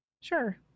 Sure